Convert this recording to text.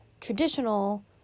traditional